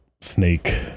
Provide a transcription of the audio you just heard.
snake